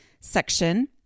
section